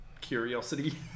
curiosity